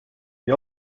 the